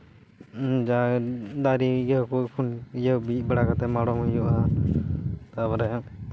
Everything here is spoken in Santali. ᱡᱟ ᱫᱟᱨᱮ ᱤᱭᱟᱹ ᱠᱚ ᱠᱷᱚᱱ ᱤᱭᱟᱹ ᱵᱤᱫ ᱵᱟᱲᱟ ᱠᱟᱛᱮᱜ ᱢᱟᱲᱚᱢ ᱦᱩᱭᱩᱜᱼᱟ ᱛᱟᱨᱯᱚᱨᱮ